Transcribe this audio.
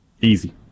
Easy